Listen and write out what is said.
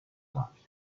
mafia